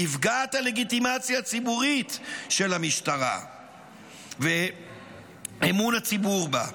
נפגעת הלגיטימציה הציבורית של המשטרה ואמון הציבור בה,